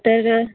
तर